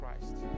Christ